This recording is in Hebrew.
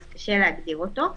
קשה להגדיר אותו.